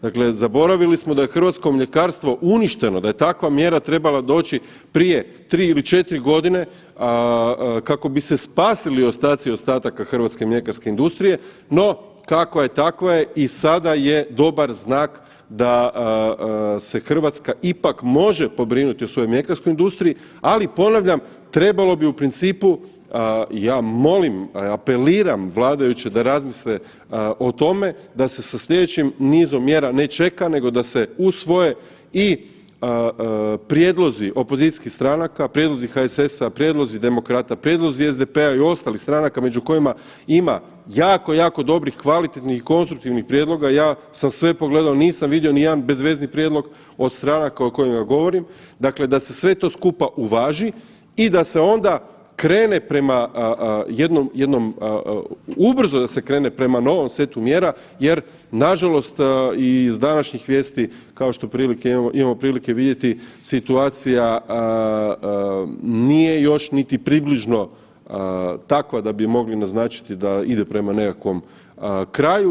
Dakle, zaboravili smo da je hrvatsko mljekarstvo uništeno, da je takva mjera trebala doći prije 3 ili 4 godine kako bi se spasili ostaci ostataka hrvatske mljekarske industrije, no kakva je takva je i sada je dobar znak da se Hrvatska ipak može pobrinuti o svojoj mljekarskoj industriji, ali ponavljam trebalo bi u principu, ja molim, apeliram vladajuće da razmisle o tome da se sa slijedećim nizom mjera ne čeka nego da se usvoje i prijedlozi opozicijskih stranaka, prijedlozi HSS, prijedlozi Demokrata, prijedlozi SDP-a i ostalih stranaka među kojima ima jako, jako dobrih, kvalitetnih i konstruktivnih prijedloga, ja sam sve pogledao nisam vidio ni jedan bezvezni prijedlog od stranaka o kojima govorim, dakle da se sve to skupa uvaži da se onda krene prema jednom, jednom ubrzo da se krene prema novom setu mjera jer nažalost iz današnjih vijesti kao što prilike, imamo prilike vidjeti situacija nije još niti približno takva da bi mogli naznačiti da ide prema nekakvom kraju.